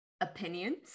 opinions